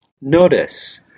Notice